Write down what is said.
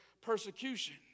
persecution